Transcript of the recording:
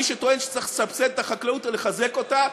מי שטוען שצריך לסבסד את החקלאות או לחזק אותה,